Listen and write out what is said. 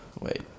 Wait